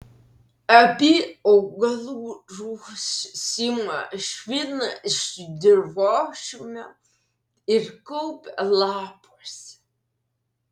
abi augalų rūšys ima šviną iš dirvožemio ir kaupia lapuose